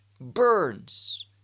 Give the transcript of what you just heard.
burns